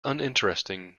uninteresting